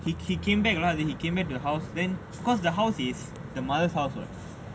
he came back lah then he came into the house then because the houses is the mother's house [what]